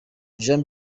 jean